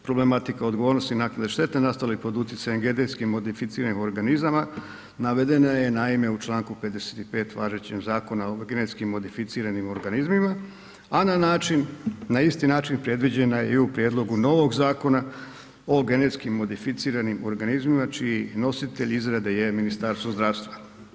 Problematika odgovornosti i naknada štete nastalih pod utjecajem genetski modificiranih organizama navedena je naime u Članku 55. važećeg Zakona o genetski modificiranim organizmima, a na način, na isti način predviđena je i u prijedlogu novog Zakona o genetski modificiranim organizmima čiji nositelj izrade je Ministarstvo zdravstva.